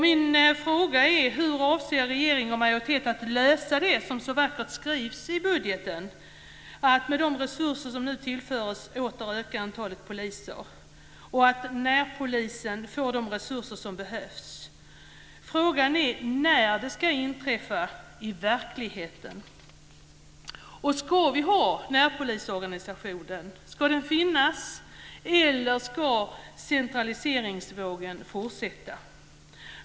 Min fråga är: Hur avser regering och majoritet att lösa det som så vackert skrivs i budgeten, att med de resurser som nu tillförs åter öka antalet poliser och se till att närpolisen får de resurser som behövs? Frågan är när det ska inträffa i verkligheten. Ska vi ha närpolisorganisationen? Ska den finnas, eller ska centraliseringsvågen fortsätta?